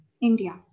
India